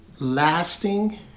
lasting